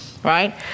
Right